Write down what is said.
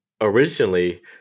originally